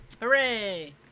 Hooray